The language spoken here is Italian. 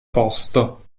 posto